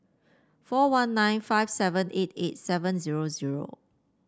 four one nine five seven eight eight seven zero zero